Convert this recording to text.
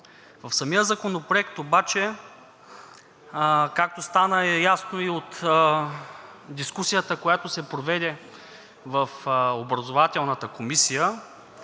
В самия законопроект обаче, както стана ясно и от дискусията, която се проведе в Образователната комисия,